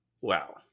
wow